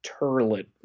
turlet